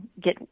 get